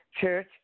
Church